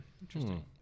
interesting